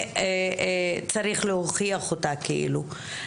וצריך להוכיח אותה כאילו.